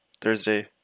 Thursday